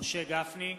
משה גפני,